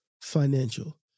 financial